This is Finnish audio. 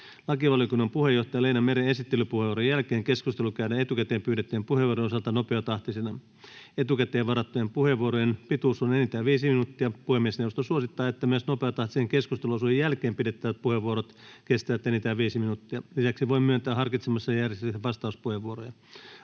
Lakivaliokunnan puheenjohtajan Leena Meren esittelypuheenvuoron jälkeen keskustelu käydään etukäteen pyydettyjen puheenvuorojen osalta nopeatahtisena. Etukäteen varattujen puheenvuorojen pituus on enintään viisi minuuttia. Puhemiesneuvosto suosittaa, että myös nopeatahtisen keskusteluosuuden jälkeen pidettävät puheenvuorot kestävät enintään viisi minuuttia. Lisäksi voin myöntää harkitsemassani järjestyksessä vastauspuheenvuoroja.